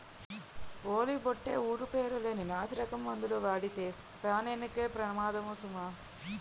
ఓలి బొట్టే ఊరు పేరు లేని నాసిరకం మందులు వాడితే పేనానికే పెమాదము సుమా